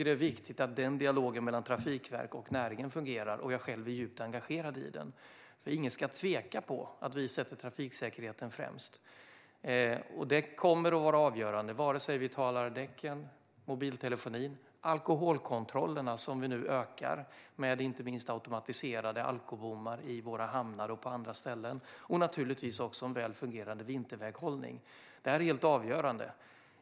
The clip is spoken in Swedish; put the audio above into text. Det är viktigt att dialogen mellan Trafikverket och näringen fungerar, och jag är själv djupt engagerad i den. Ingen ska tveka om att vi sätter trafiksäkerheten främst. Det kommer att vara avgörande vare sig vi talar däck, mobiltelefoni eller alkoholkontrollerna, som vi nu ökar med automatiserade alkobommar i våra hamnar och på andra ställen. Det gäller naturligtvis också en väl fungerande vinterväghållning. Detta är helt avgörande.